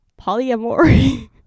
polyamory